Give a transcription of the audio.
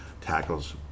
tackles